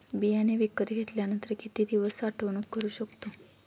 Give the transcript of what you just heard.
बियाणे विकत घेतल्यानंतर किती दिवस साठवणूक करू शकतो?